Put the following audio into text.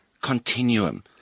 continuum